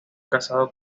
casado